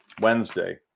wednesday